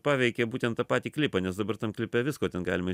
paveikė būtent tą patį klipą nes dabar tam klipe visko ten galima